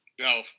No